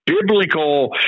biblical